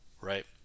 right